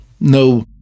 no